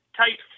type